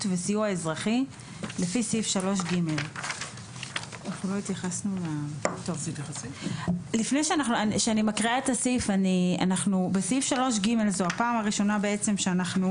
וסיוע אזרחי לפי סעיף 3ג. בסעיף 3ג זו הפעם הראשונה בעצם שאנחנו